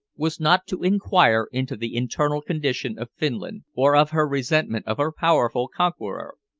was not to inquire into the internal condition of finland, or of her resentment of her powerful conqueror.